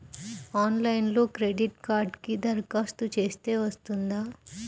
ఆన్లైన్లో క్రెడిట్ కార్డ్కి దరఖాస్తు చేస్తే వస్తుందా?